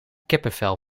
kippenvel